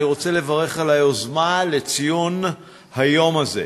אני רוצה לברך על היוזמה של היום הזה.